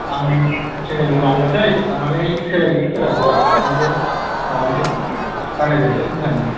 आंनि सेन्देलखौबो लांनोसै लांनानै सोलायजायो ना सोलायजाया नायगोन माबानोसै बानायजोबसै ना